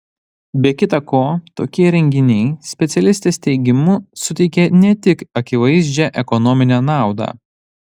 be kita ko tokie renginiai specialistės teigimu suteikia ne tik akivaizdžią ekonominę naudą